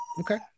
Okay